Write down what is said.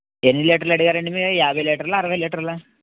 ఎన్ని లీటర్లు అడిగారు అండి మీరు యాభై లీటర్లా అరవై లీటర్లా